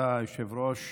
כבוד היושב-ראש,